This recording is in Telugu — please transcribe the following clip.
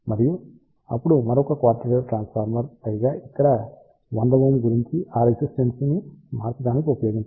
మరియు అప్పుడు మరొక క్వార్టర్ వేవ్ ట్రాన్స్ఫార్మర్ పైగా ఇక్కడ 100Ω గురించి ఈ రెసిస్టెన్స్ ని మార్చటానికి ఉంచబడింది